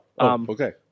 okay